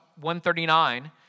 139